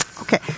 Okay